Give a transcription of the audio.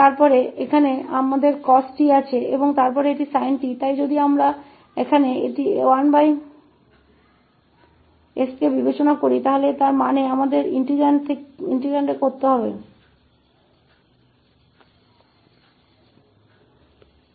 और फिर यहाँ हमारे पास cost है और फिर यह sint है इसलिए यदि हम इसे केवल मानते हैं 1s तो इसका अर्थ है कि हमें इसे 0 से t में एकीकृत करना होगा अर्थात 0 से t यह cos 𝑢 sin 𝑢 इस 𝑑𝑢 पर